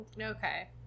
Okay